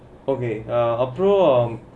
okay uh afterall